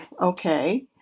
okay